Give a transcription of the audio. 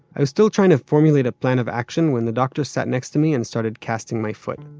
i was still trying to formulate a plan of action when the doctor sat next to me and started casting my foot.